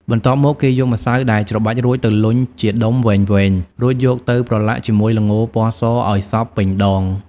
បន្ទាប់មក គេយកម្សៅដែលច្របាច់រួចទៅលុញជាដុំវែងៗ រួចយកទៅប្រឡាក់ជាមួយល្ងរពណ៌សឲ្យសព្វពេញដង។